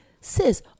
sis